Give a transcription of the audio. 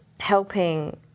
helping